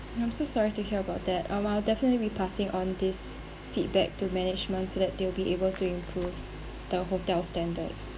I'm so sorry to have to hear about that um I'll definitely be passing on this feedback to management so that they'll be able to improve the hotel standards